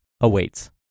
awaits